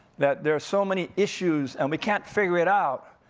that there's so many issues, and we can't figure it out,